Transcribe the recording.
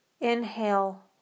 inhale